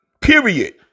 Period